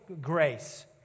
grace